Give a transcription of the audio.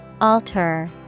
Alter